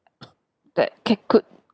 that can could